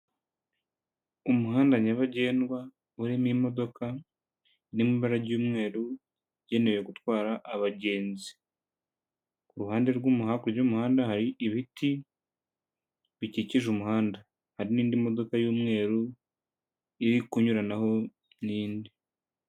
Umuhanda nyabagendwa urimo imodoka iri mu ibara ry'umweru igenewe gutwara abagenzi, ku kuruhande rw'umuhanda, hakurya y'umuhanda hari ibiti bikikije umuhanda, hari n'indi modoka y'umweru iri kunyuranaho n'indi.